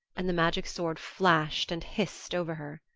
and the magic sword flashed and hissed over her.